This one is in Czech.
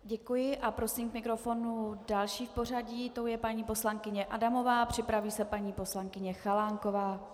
Děkuji a prosím k mikrofonu další v pořadí, tou je paní poslankyně Adamová, připraví se paní poslankyně Chalánková.